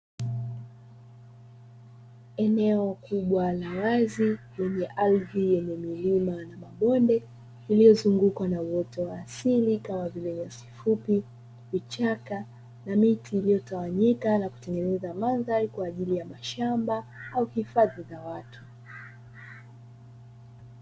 Eneo kubwa la wazi lenye ardhi yenye milima na mabonde lililozungukwa na uoto wa asili kama vile: nyasi fupi, vichaka na miti iliyotawanyika na kutengeneza mandhari kwaajili ya mashamba au hifadhi za watu.